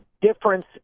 difference